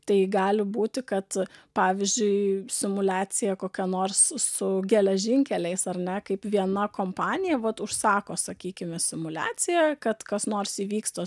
tai gali būti kad pavyzdžiui simuliacija kokia nors su geležinkeliais ar ne kaip viena kompanija vat užsako sakykime simuliaciją kad kas nors įvyksta